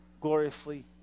gloriously